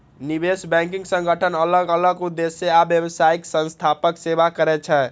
निवेश बैंकिंग संगठन अलग अलग उद्देश्य आ व्यावसायिक संस्थाक सेवा करै छै